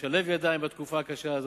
לשלב ידיים בתקופה הקשה הזאת,